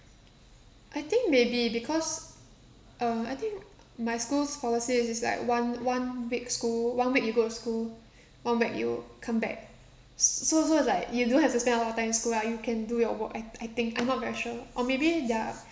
I think maybe because uh I think my school's policy is is like one one week school one week you go to school one week you come back s~ so so like you don't have to spend a lot of time in school lah you can do your work I I think I'm not very sure or maybe their